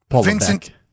Vincent